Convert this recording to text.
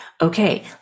Okay